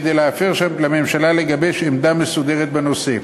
כדי לאשר לממשלה לגבש עמדה מסודרת בנושא.